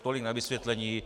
Tolik na vysvětlení.